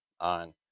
on